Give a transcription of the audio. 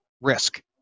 risk